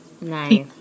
Nice